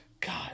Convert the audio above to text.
God